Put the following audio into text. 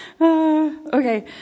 Okay